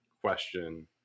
question